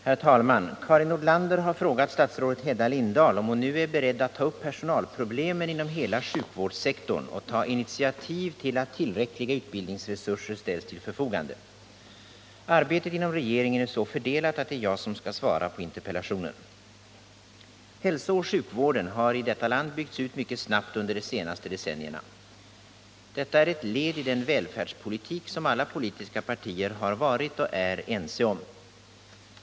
Herr talman! Karin Nordlander har frågat statsrådet Hedda Lindahl om hon nu är beredd att ta upp personalproblemen inom hela sjukvårdssektorn och ta initiativ till att tillräckliga utbildningsresurser ställs till förfogande. Arbetet inom regeringen är så fördelat att det är jag som skall svara på interpellationen. Hälsooch sjukvården har i detta land byggts ut mycket snabbt under de senaste decennierna. Detta är ett led i den välfärdspolitik som alla politiska partier har varit och är ense om.